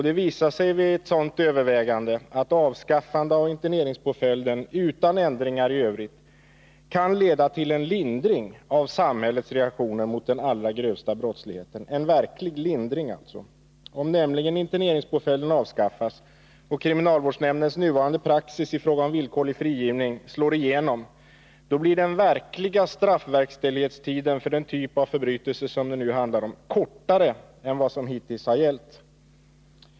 Det visar sig vid ett sådant övervägande att avskaffande av interneringspåföljden utan ändringar i övrigt kan leda till en verklig lindring av samhällets reaktioner mot den allra grövsta brottsligheten. Om nämligen interneringspåföljden avskaffas och kriminalvårdsnämndens nuvarande praxis i fråga om villkorlig frigivning slår igenom, blir den verkliga straffverkställighetstiden för-den typ av förbrytelser som det nu handlar om kortare än vad som hittills har gällt.